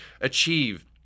achieve